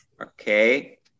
Okay